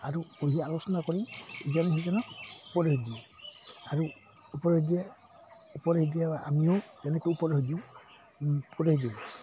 আৰু বহি আলোচনা কৰি ইজনে সিজনক উপদেশ দিয়ে আৰু উপদেশ দিয়ে উপদেশ দিয়ে বা আমিও যেনেকৈ উপদেশ দিওঁ উপদেশ দিওঁ